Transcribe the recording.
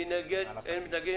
מי בעד?